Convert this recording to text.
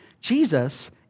Jesus